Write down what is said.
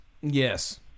Yes